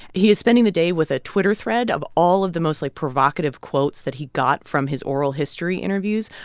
he is spending the day with a twitter thread of all of the most, like, provocative quotes that he got from his oral history interviews,